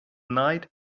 night